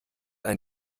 ein